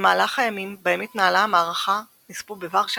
במהלך הימים בהם התנהלה המערכה נספו בוורשה